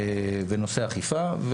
בנושא אכיפה,